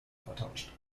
vertauscht